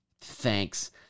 thanks